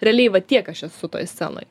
realiai va tiek aš esu toj scenoj